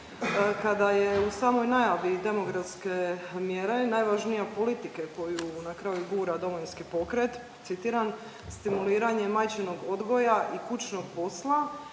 kada je u samoj najavi demografske mjere najvažnije politike koju na kraju gura DP, citiram „stimuliranje majčinog odgoja i kućnog posla